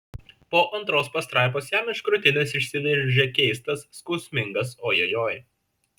po antros pastraipos jam iš krūtinės išsiveržė keistas skausmingas ojojoi